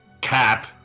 Cap